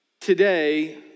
Today